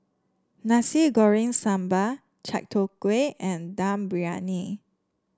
Nasi Goreng Sambal Chai Tow Kway and Dum Briyani